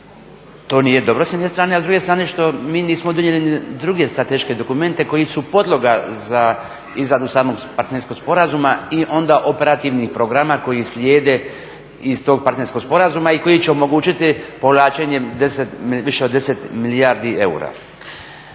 to nije dobro s jedne strane a s druge strane što mi nismo donijeli ni druge strateške dokumente koji su podloga za izradu samog partnerskog sporazuma i onda operativnih programa koji slijede iz tog partnerskog sporazuma i koji će omogućiti povlačenjem više od 10 milijardi eura.